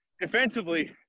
Defensively